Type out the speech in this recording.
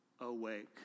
awake